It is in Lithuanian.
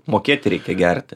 mokėti reikia gerti